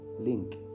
link